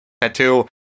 tattoo